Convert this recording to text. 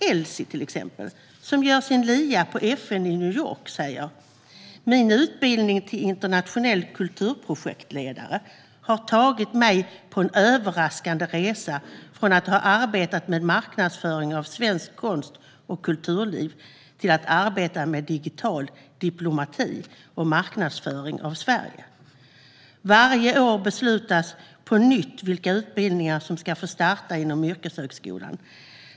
Elise, som gör LIA på FN i New York, säger: Min utbildning till internationell kulturprojektledare har tagit mig på en överraskande resa från att ha arbetat med marknadsföring av svenskt konst och kulturliv till att arbeta med digital diplomati och marknadsföring av Sverige. Varje år beslutas på nytt vilka utbildningar som ska få starta inom yrkeshögskolan.